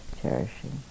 cherishing